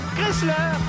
Chrysler